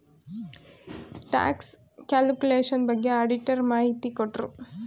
tax calculation ಬಗ್ಗೆ auditor ಮಾಹಿತಿ ಕೊಟ್ರು